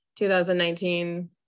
2019